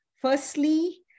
Firstly